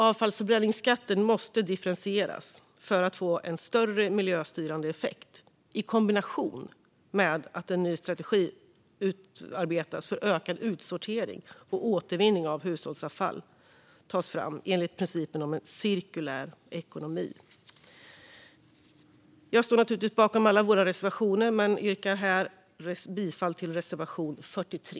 Avfallsförbränningsskatten måste differentieras för att få en större miljöstyrande effekt, i kombination med att en ny strategi för ökad utsortering och återvinning av hushållsavfall tas fram enligt principen om en cirkulär ekonomi. Jag står naturligtvis bakom alla våra reservationer men yrkar här bifall endast till reservation 43.